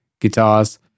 guitars